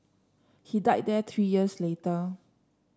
he died there three years later